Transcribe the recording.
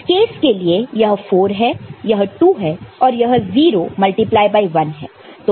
इस केस के लिए यह 4 है यह 2 है और यह 0 मल्टीप्लाई बाय 1 है